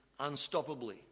unstoppably